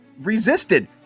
resisted